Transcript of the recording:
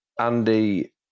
Andy